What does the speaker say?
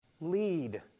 Lead